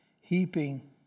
heaping